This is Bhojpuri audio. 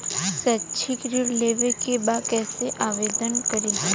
शैक्षिक ऋण लेवे के बा कईसे आवेदन करी?